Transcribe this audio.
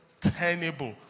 tenable